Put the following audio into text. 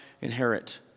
Inherit